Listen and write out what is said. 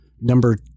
Number